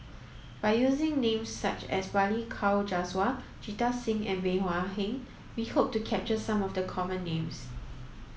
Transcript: by using names such as Balli Kaur Jaswal Jita Singh and Bey Hua Heng we hope to capture some of the common names